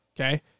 Okay